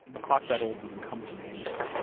a clock that old doesn't come with a manual